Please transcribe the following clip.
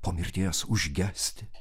po mirties užgesti